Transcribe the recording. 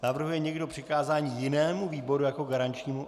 Navrhuje někdo přikázání jinému výboru jako garančnímu?